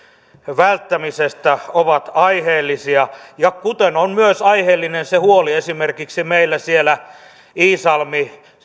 välttämisestä ovat aiheellisia kuten on myös aiheellinen se huoli esimerkiksi meillä siellä